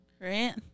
Right